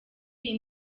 iyi